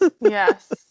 Yes